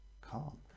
calm